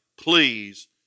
please